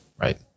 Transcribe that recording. Right